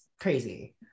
crazy